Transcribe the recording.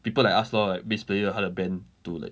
people like us lor like bass player 他的 band to like